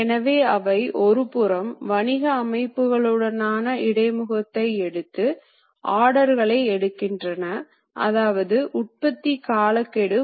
எனவே முடிவில் சுருக்கமாக இந்த இயந்திரத்தின் அம்சங்கள் ஆனது உருவாக்க வேண்டிய சுழற்சி இயக்கம் இது சுழல் இயக்கி மூலம் உருவாக்கப்படுகிறது நேரியல் இயக்கம் இது டேபிள் டிரைவால் உருவாக்கப்படுகிறது